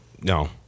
No